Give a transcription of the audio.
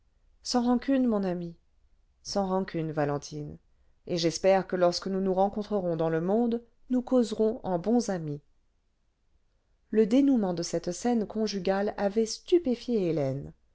sans rancune mon ami sans rancune valentine et j'espère que lorsque nous nous rencontrerons dans le monde nous causerons en bons amis le dénouement de cette scène conjugale avait stupéfié hélène